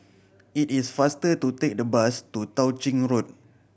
it is faster to take the bus to Tao Ching Road